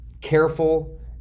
careful